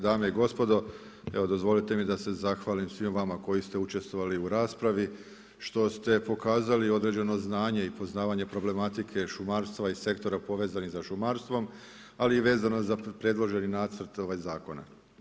Dame i gospodo, evo, dozvolite mi da se zahvalim svim vama koji ste učestvovali u raspravi, što ste pokazali, određeno znanje i poznavanje problematike šumarstva i sektora povezani sa šumarstvom, ali i vezano za predloženi nacrt ovog zakona.